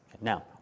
Now